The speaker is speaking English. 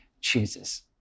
chooses